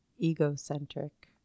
egocentric